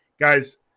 guys